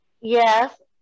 Yes